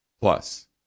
Plus